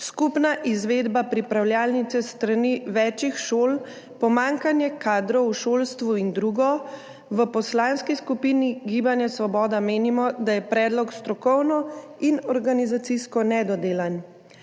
skupna izvedba pripravljalnice s strani več šol, pomanjkanje kadrov v šolstvu in drugo. V Poslanski skupini Svoboda menimo, da je predlog strokovno in organizacijsko nedodelan.